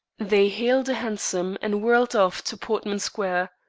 they hailed a hansom and whirled off to portman square.